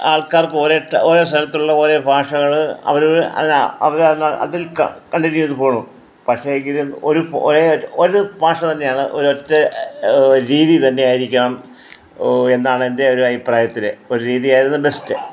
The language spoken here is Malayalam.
ആൾക്കാർക്ക് ഒരേ ഒരേ സ്ഥലത്തുള്ള ഒരേ ഭാഷകൾ അവർ അല്ല അവർ അത് അതിൽ കണ്ടിന്യൂ ചെയ്തു പോണു പക്ഷേ ഇത് ഒരു ഒരേ ഒരു ഭാഷ തന്നെയാണ് ഒരൊറ്റ രീതി തന്നെയായിരിക്കണം എന്നാണ് എൻ്റെ ഒരു അഭിപ്രായത്തിൽ ഒരു രീതിയായിരുന്നു ബെസ്റ്റ്